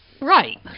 Right